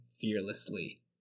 fearlessly